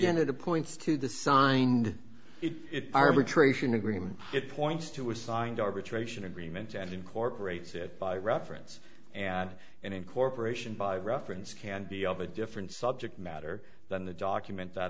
the points to the signed it arbitration agreement it points to was signed arbitration agreement and incorporates it by reference and in incorporation by reference can be of a different subject matter than the document that